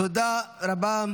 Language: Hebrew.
תודה רבה.